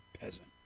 peasant